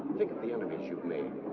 think of the enemies you've made.